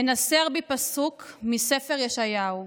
מנסר בי פסוק מספר ישעיהו: